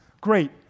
Great